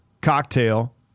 Cocktail